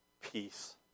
peace